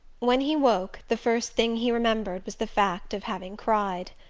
when he woke, the first thing he remembered was the fact of having cried.